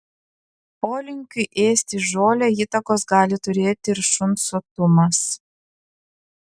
polinkiui ėsti žolę įtakos gali turėti ir šuns sotumas